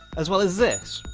as well as this.